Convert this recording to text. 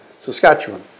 Saskatchewan